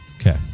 Okay